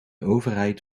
overheid